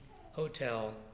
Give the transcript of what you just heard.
hotel